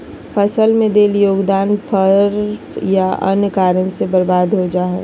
फसल में देल योगदान बर्फ या अन्य कारन से बर्बाद हो जा हइ